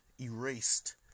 erased